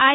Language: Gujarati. આઈ